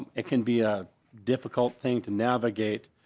it can be a difficult thing to navigate